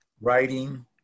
writing